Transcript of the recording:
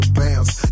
bounce